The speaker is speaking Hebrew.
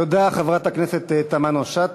תודה, חברת הכנסת תמנו-שטה.